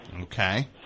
Okay